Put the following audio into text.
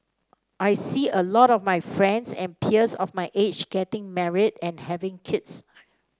I see a lot of my friends and peers of my age getting married and having kids